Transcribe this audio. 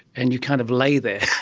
and you kind of lay there.